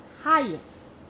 highest